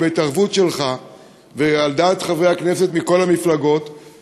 בהתערבות שלך ועל דעת חברי הכנסת מכל המפלגות, זה